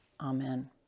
Amen